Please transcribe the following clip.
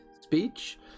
speech